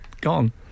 gone